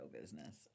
business